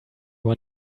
want